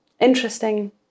interesting